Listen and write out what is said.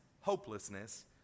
hopelessness